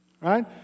right